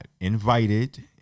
invited